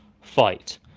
fight